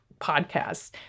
podcasts